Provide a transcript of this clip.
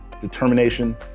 determination